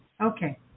Okay